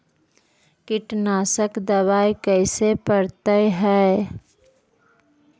कीटनाशक दबाइ कैसे पड़तै है?